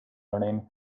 learning